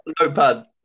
notepad